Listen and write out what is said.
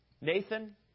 Nathan